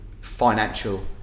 financial